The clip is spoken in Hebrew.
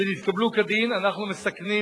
שנתקבלו כדין, אנחנו מסכנים